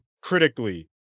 critically